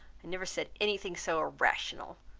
i never said any thing so irrational.